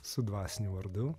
su dvasiniu vardu